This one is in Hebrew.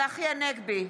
צחי הנגבי,